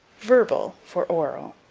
verbal for oral.